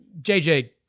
JJ